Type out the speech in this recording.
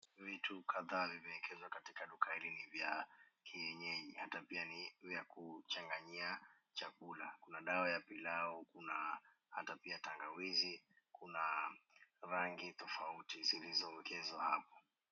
Vitu kadhaa vimekezwa katika duka hili la kienyeji hata pia ni vya kuchanganyia chakula. Kuna dawa ya pilau kuna hata pia tangawizi. Kuna rangi tofauti zilizoongezwa hapo.